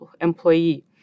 employee